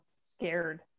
scared